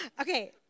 Okay